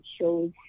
shows